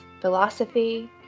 philosophy